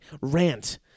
rant